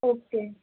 okay